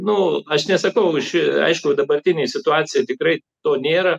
nu aš nesakau aš aišku dabartinėj situacija tikrai to nėra